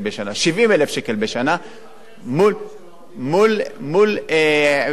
מול 150,000 כפול 10, שזה מיליון וחצי.